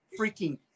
freaking